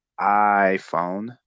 iphone